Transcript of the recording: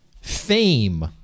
Fame